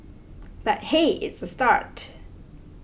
but hey it's a start